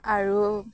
আৰু